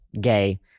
gay